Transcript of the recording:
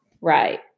Right